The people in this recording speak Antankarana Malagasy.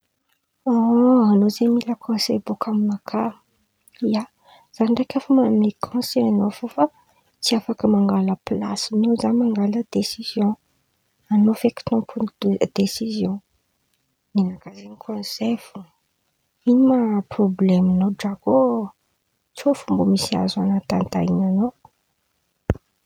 Aona, an̈ao zen̈y mila konsay bôka aminaka, ia za ndraiky afa manome konsay an̈ao fo fa tsy afaka mangala plasin̈ao za mangala desiziò, an̈ao feky tompon̈y de- desiziò nenakà zen̈y konsay fo. Ino ma prôblemon̈ao drako ô? Tsô fo misy azo antahatahin̈a an̈ao.